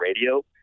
radio